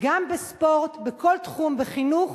גם בספורט, בכל תחום, בחינוך,